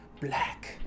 black